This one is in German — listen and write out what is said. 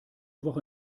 woche